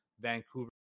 Vancouver